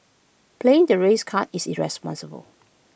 playing the race card is irresponsible